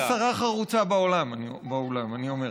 יש שרה חרוצה באולם, אני אומר.